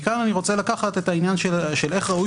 מכאן אני רוצה לקחת את העניין של איך ראוי